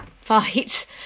fight